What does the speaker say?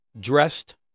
dressed